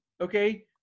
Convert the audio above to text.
okay